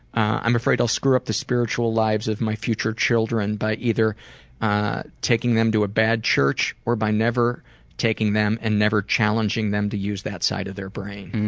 i'm afraid i'll screw up the spiritual lives of my future children by either taking them to a bad church or by never taking them and never challenging them to use that side of their brain.